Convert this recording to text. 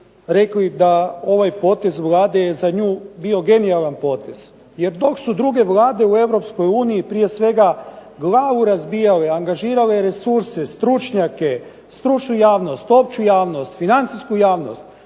rekli da ovaj potez Vlade je za nju bio genijalan potez jer dok su druge Vlade u EU prije svega glavu razbijale, angažirale resurse, stručnjake, stručnu javnost, opću javnost, financijsku javnost